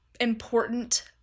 important